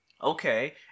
Okay